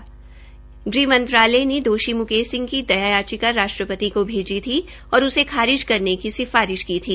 इससे पहले गृहमंत्रालय ने दोषी मुकेश सिंह की दया याचिका राष्ट्रपति को भेजी थी और उसे खारिज करने की सिफारिश की थी